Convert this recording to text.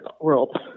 world